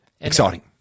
Exciting